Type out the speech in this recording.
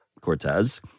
Cortez